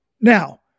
Now